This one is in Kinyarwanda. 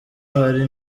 hari